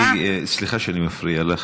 סליחה שאני מפריע לך.